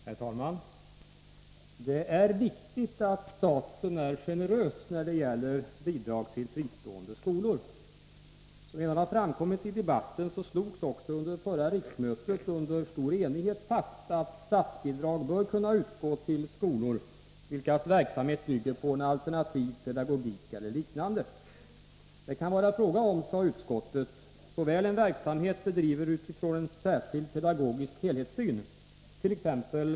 Herr talman! Det är viktigt att staten är generös när det gäller bidrag till fristående skolor. Som redan framkommit i debatten slogs också vid förra riksmötet under stor enighet fast, att statsbidrag bör kunna utgå till skolor vilkas verksamhet bygger på en alternativ pedagogik eller liknande. Det kan vara fråga om, sade utskottet, såväl en verksamhet bedriven utifrån en särskild pedagogisk helhetssyn, t.ex.